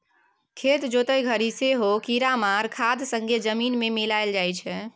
खेत जोतय घरी सेहो कीरामार खाद संगे जमीन मे मिलाएल जाइ छै